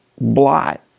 blot